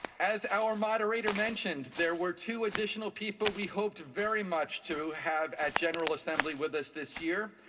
as our moderator mentioned, there were two additional people we hoped very much to have at general assembly with us this year.